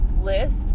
list